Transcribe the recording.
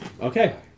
Okay